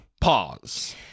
pause